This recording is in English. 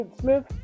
smith